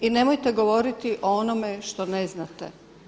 I nemojte govoriti o onome što ne znate.